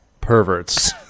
perverts